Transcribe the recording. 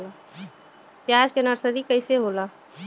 प्याज के नर्सरी कइसे होला?